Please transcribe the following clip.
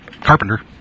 Carpenter